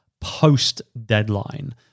post-deadline